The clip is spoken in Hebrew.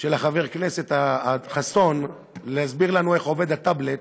של חבר הכנסת חסון להסביר לנו איך עובד הטאבלט,